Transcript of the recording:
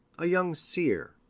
a young seer,